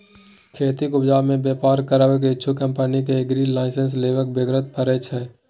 खेतीक उपजा मे बेपार करबाक इच्छुक कंपनी केँ एग्री लाइसेंस लेबाक बेगरता परय छै